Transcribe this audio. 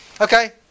Okay